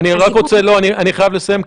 אני חייב לסיים.